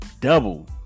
Double